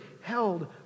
held